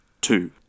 Two